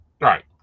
Right